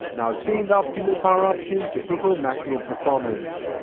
now change the optimal power option to prefer maximum performance.